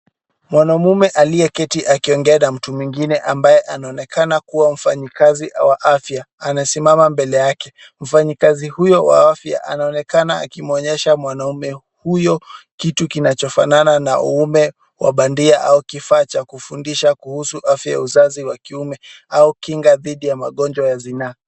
Mwanamume aliyeketi akiongea na mtu mwingine ambaye anaonekana kuwa mfanyikazi wa afya, amesimama mbele yake. Mfanyakazi huyo wa afya anaonekana akimwonyesha mwanamume huyo kitu kinachofanana na uume wa bandia au kifaa cha kufundisha kuhusu afya ya uzazi wa kiume, au kinga dhidi ya magonjwa ya zinaa.